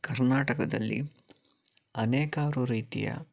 ಕರ್ನಾಟಕದಲ್ಲಿಅನೇಕಾರು ರೀತಿಯ